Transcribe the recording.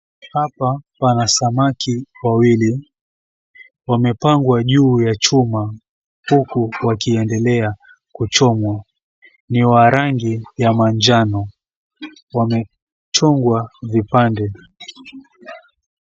Hapa pana samaki wawili. Wamepangwa juu ya chuma huku wakiendelea kuchomwa. Ni wa rangi ya manjano. Wamechongwa vipande.